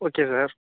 okay sir